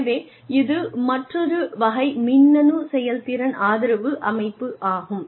எனவே இது மற்றொரு வகை மின்னணு செயல்திறன் ஆதரவு அமைப்பு ஆகும்